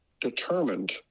determined